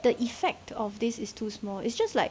the effect of this is too small it's just like